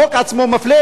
החוק עצמו מפלה,